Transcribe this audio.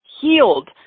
healed